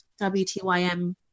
wtym